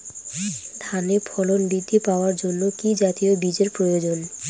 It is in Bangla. ধানে ফলন বৃদ্ধি পাওয়ার জন্য কি জাতীয় বীজের প্রয়োজন?